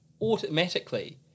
automatically